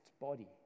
body